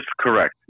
correct